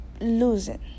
losing